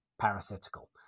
parasitical